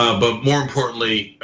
ah but more importantly,